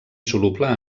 soluble